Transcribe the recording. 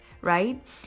right